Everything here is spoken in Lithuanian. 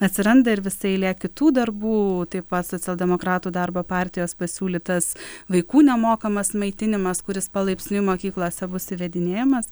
atsiranda ir visa eilė kitų darbų taip pat socialdemokratų darbo partijos pasiūlytas vaikų nemokamas maitinimas kuris palaipsniui mokyklose bus įvedinėjamas